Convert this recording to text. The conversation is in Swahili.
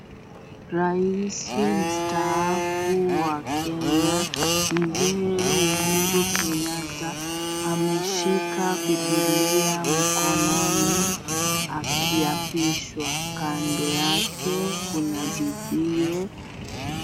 Raisi mstaafu wa Kenya, Mzee Uhuru Kenyatta. Ameshika Bibilia mkononi akiapishwa. Kando yake, kuna bibiye.